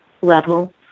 level